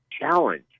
challenge